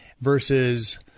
versus